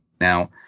Now